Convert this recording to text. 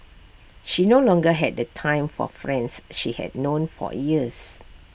she no longer had the time for friends she had known for years